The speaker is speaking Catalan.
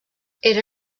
era